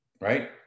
right